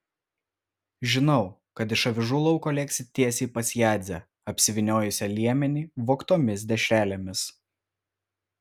žinau kad iš avižų lauko lėksi tiesiai pas jadzę apsivyniojusią liemenį vogtomis dešrelėmis